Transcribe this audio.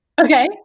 Okay